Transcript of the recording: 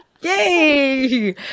Yay